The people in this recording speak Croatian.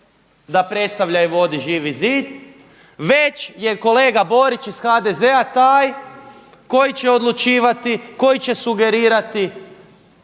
da predstavlja i vodi Živi zid, već je kolega Borić iz HDZ-a taj koji će odlučivati, koji će sugerirati